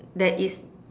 that is